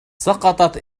سقطت